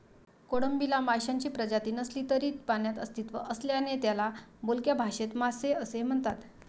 कोळंबीला माशांची प्रजाती नसली तरी पाण्यात अस्तित्व असल्याने त्याला बोलक्या भाषेत मासे असे म्हणतात